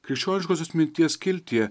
krikščioniškosios minties skiltyje